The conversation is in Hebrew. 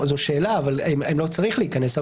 זו שאלה אם לא צריך להיכנס,